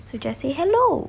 so just say hello